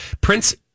Prince